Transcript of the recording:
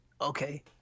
Okay